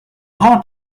heart